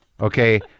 Okay